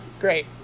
great